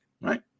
right